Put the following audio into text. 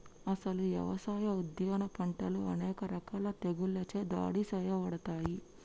అసలు యవసాయ, ఉద్యాన పంటలు అనేక రకాల తెగుళ్ళచే దాడి సేయబడతాయి